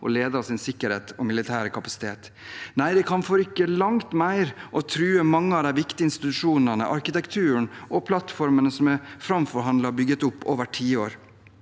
deres sikkerhet og militære kapasitet. Nei, det kan forrykke langt mer og true mange av de viktige institusjonene, arkitekturen og plattformene som er framforhandlet og bygd opp over tiår.